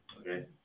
Okay